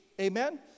Amen